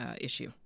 issue